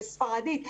בספרדית,